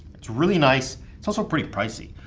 it's really nice. it's also pretty pricey,